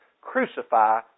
crucify